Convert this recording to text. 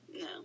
No